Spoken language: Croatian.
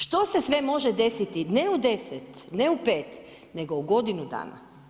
Što se sve može desiti, ne u 10, ne u 5, nego u godinu dana?